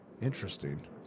interesting